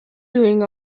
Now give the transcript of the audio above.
doing